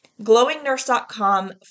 Glowingnurse.com